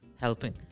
helping